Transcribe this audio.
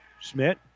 Schmidt